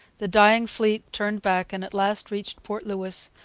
the dying fleet turned back and at last reached port louis,